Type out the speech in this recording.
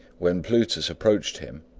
when plutus approached him,